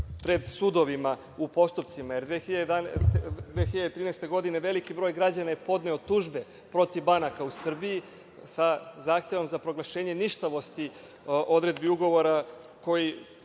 pred sudovima u postupcima. Godine 2013. veliki broj građana je podneo tužbe protiv banaka u Srbiji sa zahtevom za proglašenje ništavosti odredbi ugovora koji